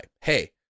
hey